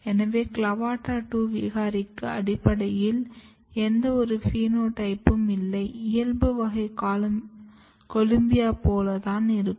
எனவே CLAVATA 2 விகாரிக்கு அடிப்படையில் எந்த ஒரு பினோடைப்பும் இல்லை இயல்பு வகை கொலும்பிய போல் தான் இருக்கும்